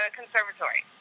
conservatory